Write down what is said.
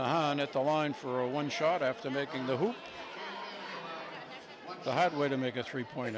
at the line for a one shot after making the who the hard way to make a three